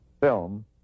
film